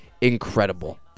incredible